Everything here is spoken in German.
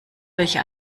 welche